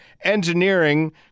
Engineering